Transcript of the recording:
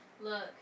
Look